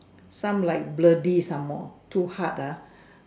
some like bloody some more too hard ah